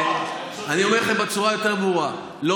אני אומר לכם בצורה היותר-ברורה: לא